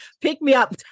pick-me-up